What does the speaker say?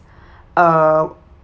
uh